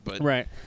Right